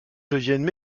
deviennent